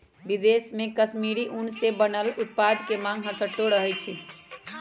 विदेश में कश्मीरी ऊन से बनल उत्पाद के मांग हरसठ्ठो रहइ छै